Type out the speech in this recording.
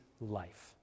life